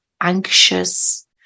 anxious